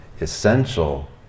essential